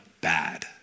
bad